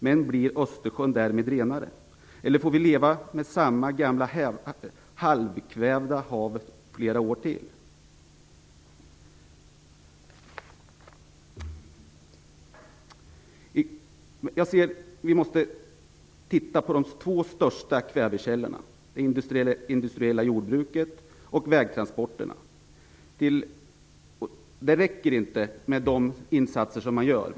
Men blir Östersjön därmed renare? Eller får vi leva med samma gamla halvkvävda hav flera år till? Vi måste titta på de största kvävekällorna, det industriella jordbruket och vägtransporterna. Det räcker inte med de insatser som görs.